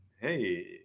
Hey